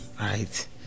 right